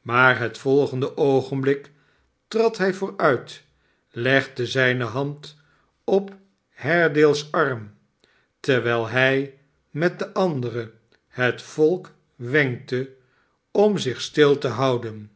maar het volgende oogenblik trad hij vooruit legde zijne hand op haredale's arm terwijl hij met de andere het volk wenkte om zich stil te houden